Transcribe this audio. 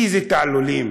איזה תעלולים,